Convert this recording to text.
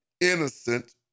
innocent